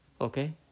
Okay